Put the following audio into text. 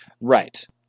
Right